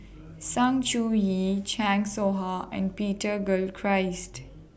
Sng Choon Yee Chan Soh Ha and Peter Gilchrist